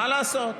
מה לעשות?